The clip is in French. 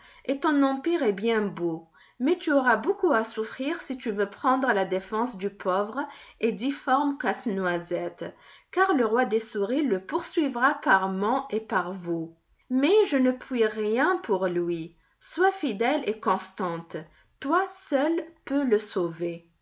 et ton empire est bien beau mais tu auras beaucoup à souffrir si tu veux prendre la défense du pauvre et difforme casse-noisette car le roi des souris le poursuivra par monts et par vaux mais je ne puis rien pour lui sois fidèle et constante toi seule peux le sauver